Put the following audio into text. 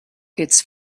its